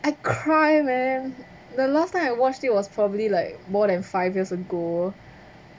I cry man the last time I watched it was probably like more than five years ago